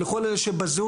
ולכל אלה שבזום.